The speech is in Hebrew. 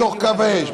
בתוך קו האש.